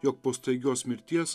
jog po staigios mirties